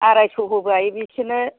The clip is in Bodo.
आरायस' होबाय बिसोरनो